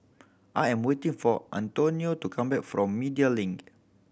I am waiting for Antonio to come back from Media Link